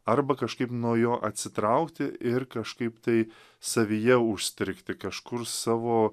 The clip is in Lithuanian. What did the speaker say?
arba kažkaip nuo jo atsitraukti ir kažkaip tai savyje užstrigti kažkur savo